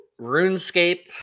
runescape